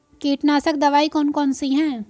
कीटनाशक दवाई कौन कौन सी हैं?